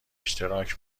اشتراک